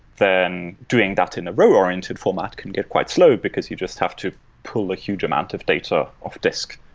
then doing that in a row-oriented format can get quite slow because you just have to pull a huge amount of data of disc,